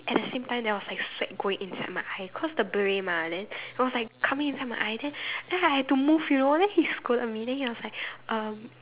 at the same time there was like sweat going inside my eye cause the beret mah then it was like coming inside my eye then then I had to move you know then he scolded me then he was like um